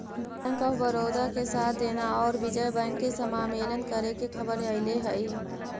bank of Baroda के साथ देना औउर विजय बैंक के समामेलन करे के खबर अले हई